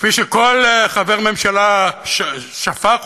כפי שכל חבר ממשלה שפך,